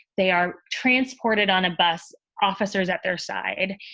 they are transported on a bus. officers at their side,